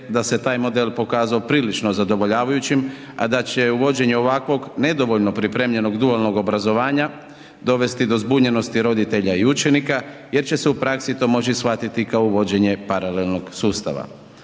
da se taj model pokazao prilično zadovoljavajućim, a da će u vođenju ovakvom nedovoljno pripremljenog dualnog obrazovanja, dovesti do zbunjenosti roditelja i učenika jer će se u praksi to moći shvatiti kao uvođenje paralelnog sustava.